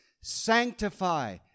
sanctify